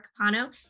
Capano